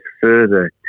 further